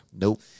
Nope